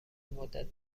مدت